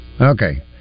Okay